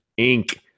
Inc